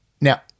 Now